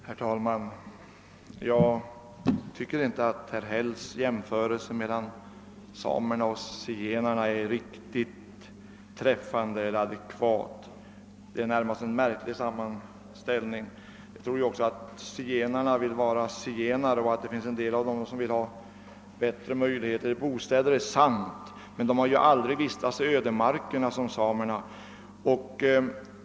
Herr talman! Jag tycker inte att herr Hälls jämförelse mellan samerna och zigenarna var riktigt adekvat. Det var snarare en märklig sammanställning. Jag tror att även zigenarna vill vara zigenare. Att det finns en del av dem som vill ha bättre möjligheter till bostäder är sant, men de ha ju aldrig vistats i ödemarkerna som samerna.